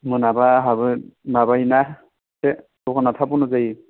मोनाब आंहाबो माबायोना एसे दखाना थाब बन्द' जायो